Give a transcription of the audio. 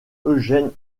eugène